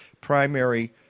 primary